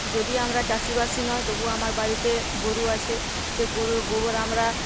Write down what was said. যদি আমরা চাষিবাসি নয় তবুও আমরা বাড়িতে গরু আছে সেই গরুর গোবর আমরা